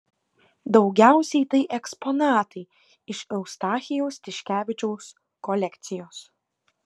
daugiausiai tai eksponatai iš eustachijaus tiškevičiaus kolekcijos